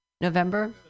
November